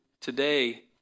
today